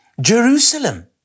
Jerusalem